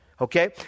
Okay